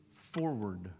forward